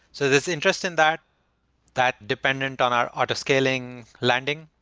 so there's interest in that that dependent on our auto-scaling landing.